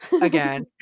again